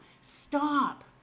Stop